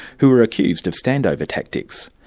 who were accused of standover tactics.